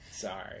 sorry